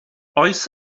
oes